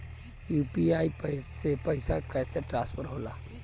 UPI से पैसा कैसे ट्रांसफर होला?